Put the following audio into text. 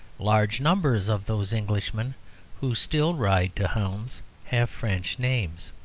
large numbers of those englishmen who still ride to hounds have french names.